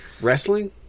Wrestling